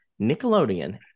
nickelodeon